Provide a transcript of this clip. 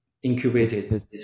Incubated